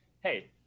hey